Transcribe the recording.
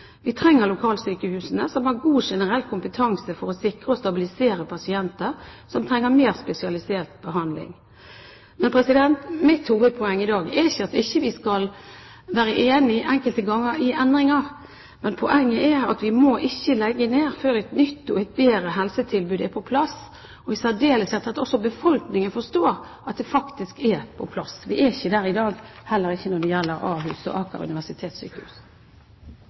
Vi trenger lokalsykehusene, som har god generell kompetanse for å sikre og stabilisere pasienter som trenger mer spesialisert behandling. Men mitt hovedpoeng i dag er ikke at vi ikke enkelte ganger skal være enig i endringer. Poenget er at vi må ikke legge ned før et nytt og bedre helsetilbud er på plass, og i særdeleshet før også befolkningen forstår at det faktisk er på plass. Vi er ikke der i dag, heller ikke når det gjelder Ahus og Aker universitetssykehus.